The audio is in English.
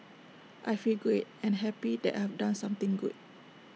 I feel great and happy that I've done something good